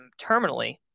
terminally